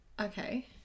Okay